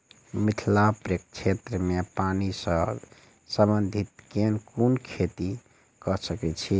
मिथिला प्रक्षेत्र मे पानि सऽ संबंधित केँ कुन खेती कऽ सकै छी?